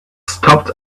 stopped